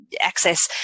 access